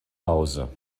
hause